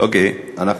אוקיי, שום בעיה.